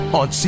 on